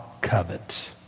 covet